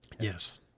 Yes